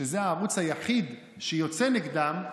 שזה הערוץ היחיד שיוצא נגדם,